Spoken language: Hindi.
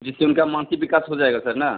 जिससे उनका मानसिक विकास हो जाएगा सर ना